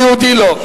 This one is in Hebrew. ויהודי לא?